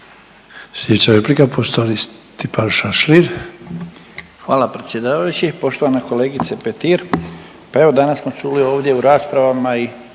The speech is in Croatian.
Stipan Šašalin. **Šašlin, Stipan (HDZ)** Hvala predsjedavajući, poštovana kolegice Petir. Pa evo danas smo čuli ovdje u raspravama i